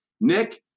nick